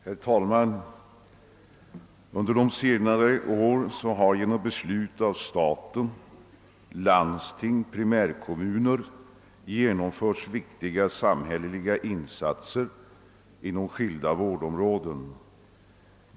Herr talman! Under senare år har genom beslut av stat, landsting och primärkommuner genomförts viktiga samhälleliga insatser på skilda vårdområden.